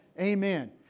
Amen